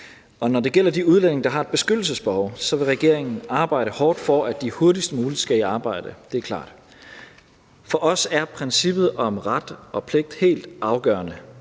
Når det gælder de udlændinge, der har et beskyttelsesbehov, vil regeringen arbejde hårdt for, at de hurtigst muligt skal i arbejde. Det er klart. For os er princippet om ret og pligt helt afgørende.